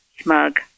smug